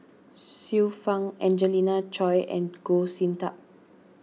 Xiu Fang Angelina Choy and Goh Sin Tub